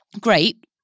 great